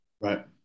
Right